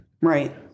Right